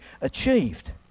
achieved